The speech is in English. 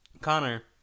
Connor